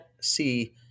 see